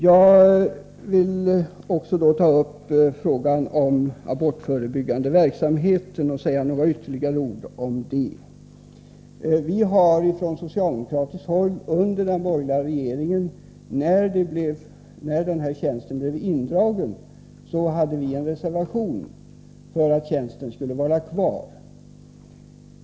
Jag vill också säga ytterligare några ord om abortförebyggande verksamhet. När den här tjänsten blev indragen under den borgerliga regeringen hade vi från socialdemokratiskt håll en reservation för att den skulle vara kvar.